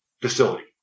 facility